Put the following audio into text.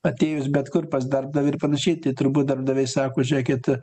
atėjus bet kur pas darbdavį ir panašiai tai turbūt darbdaviai sako žiūrėkit